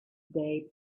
day